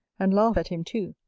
and laugh at him too,